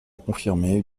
confirmer